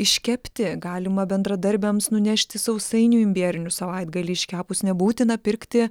iškepti galima bendradarbiams nunešti sausainių imbierinių savaitgalį iškepus nebūtina pirkti